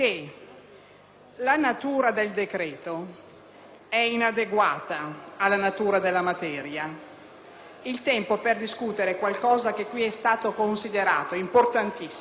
la natura del decreto-legge è inadeguata alla natura della materia: manca il tempo per discutere qualcosa che qui è stato considerato importantissimo